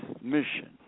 mission